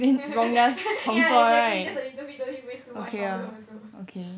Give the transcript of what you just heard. yeah yeah exactly just a little bit no need waste too much powder also